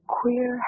queer